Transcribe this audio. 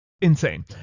Insane